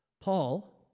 Paul